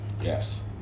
Yes